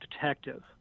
detective